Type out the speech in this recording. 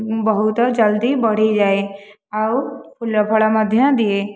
ବହୁତ ଜଲଦି ବଢ଼ିଯାଏ ଆଉ ଫୁଲ ଫଳ ମଧ୍ୟ ଦିଏ